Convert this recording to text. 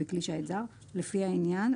לפי העניין,